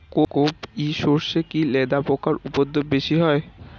কোপ ই সরষে কি লেদা পোকার উপদ্রব বেশি হয়?